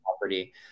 property